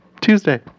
Tuesday